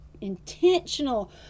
intentional